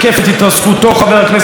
חבר הכנסת מוסי רז,